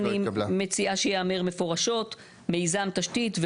אני מציעה שיאמר מפורשות מיזם תשתית,